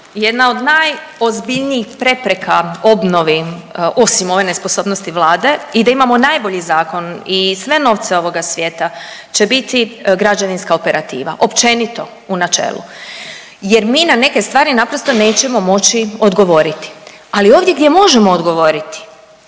Jedna od … prepreka obnovi osim ove nesposobnosti Vlade i da imamo najbolji zakon i sve novce ovoga svijeta će biti građevinska operativa općenito u načelu. Jer mi na neke stvari naprosto nećemo moći odgovoriti. Ali ovdje gdje možemo odgovoriti